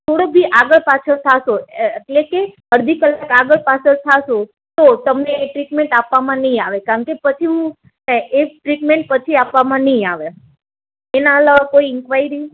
થોડોક બી આગળ પાછળ થશો એટલે કે અડધી કલાક આગળ પાછળ થશો તો તમને એ ટ્રીટમેન્ટ આપવામાં નહીં આવે કારણ કે પછી હું એ ટ્રીટમેન્ટ પછી આપવામાં નહીં આવે એના અલાવા કોઈ ઇન્ક્વાયરી